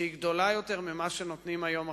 שהיא גדולה יותר ממה שנותנים היום החוקים,